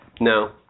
No